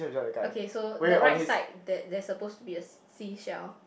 okay so the right side there there's suppose to be a sea shell